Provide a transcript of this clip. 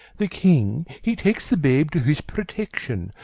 the king he takes the babe to his protection,